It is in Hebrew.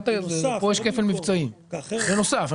פה יש כפל מבצעים, בנוסף.